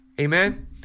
Amen